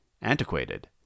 Antiquated